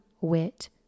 wit